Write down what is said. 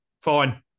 fine